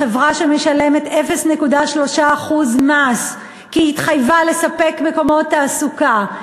חברה שמשלמת 0.3% מס כי היא התחייבה לספק מקומות תעסוקה,